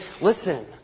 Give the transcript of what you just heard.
Listen